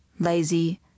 Lazy